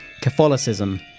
Catholicism